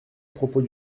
propos